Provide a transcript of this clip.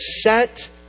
set